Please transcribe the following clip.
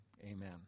amen